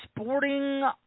Sporting